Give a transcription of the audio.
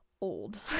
old